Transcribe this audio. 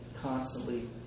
Constantly